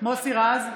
מוסי רז,